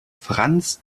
franz